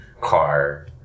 car